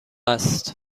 است